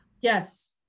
Yes